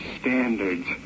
standards